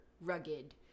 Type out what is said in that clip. rugged